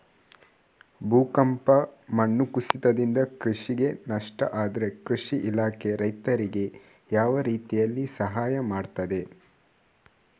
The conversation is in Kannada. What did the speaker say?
ಭೂಕಂಪ, ಮಣ್ಣು ಕುಸಿತದಿಂದ ಕೃಷಿಗೆ ನಷ್ಟ ಆದ್ರೆ ಕೃಷಿ ಇಲಾಖೆ ರೈತರಿಗೆ ಯಾವ ರೀತಿಯಲ್ಲಿ ಸಹಾಯ ಮಾಡ್ತದೆ?